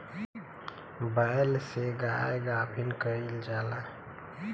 बैल से गाय के गाभिन कइल जाला